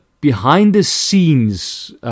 behind-the-scenes